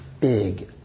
big